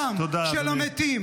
תודה, אדוני.